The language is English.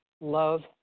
love